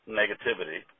negativity